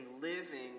living